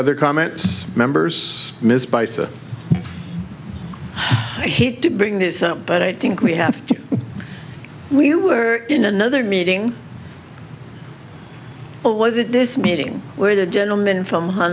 other comments members missed by so i hate to bring this up but i think we have to we were in another meeting or was it this meeting where the gentleman